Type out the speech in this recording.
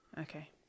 okay